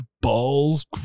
balls